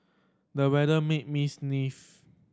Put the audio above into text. the weather made me sneeze